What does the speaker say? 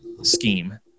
scheme